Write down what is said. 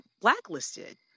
blacklisted